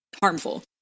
harmful